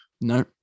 No